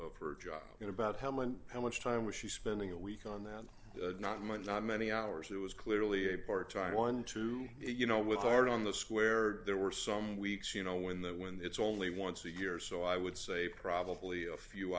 her job and about how many how much time was she spending a week on that not much not many hours it was clearly a part time one to you know with art on the square there were some weeks you know when that when it's only once a year so i would say probably a few